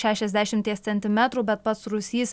šešiasdešimties centimetrų bet pats rūsys